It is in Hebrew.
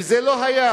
וזה לא היה,